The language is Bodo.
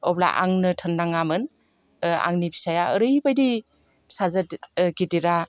अब्ला आंनो थोननाङामोन आंनि फिसाया ओरैबायदि फिसाजो गिदिरा